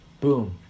Boom